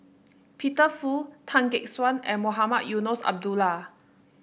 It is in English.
Peter Fu Tan Gek Suan and Mohamed Eunos Abdullah